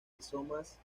rizomas